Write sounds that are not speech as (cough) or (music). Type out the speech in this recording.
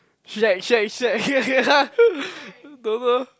shag shag shag (laughs) don't know